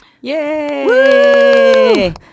Yay